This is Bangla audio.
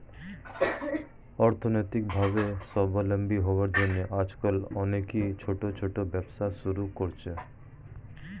অর্থনৈতিকভাবে স্বাবলম্বী হওয়ার জন্য আজকাল অনেকেই ছোট ছোট ব্যবসা শুরু করছে